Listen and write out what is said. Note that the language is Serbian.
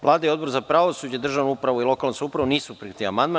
Vlada i Odbor za pravosuđe i državnu upravu i lokalnu samoupravu nisu prihvatili amandman.